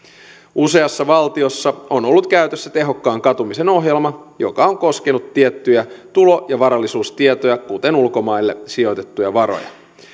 useassa valtiossa on ollut käytössä tehokkaan katumisen ohjelma joka on koskenut tiettyjä tulo ja varallisuustietoja kuten ulkomaille sijoitettuja varoja